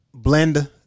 Blend